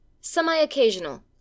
semi-occasional